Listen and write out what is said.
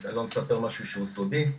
אני לא מספר משהו שהוא סודי.